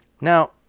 Now